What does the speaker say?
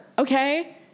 okay